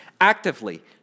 Actively